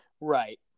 Right